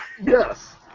Yes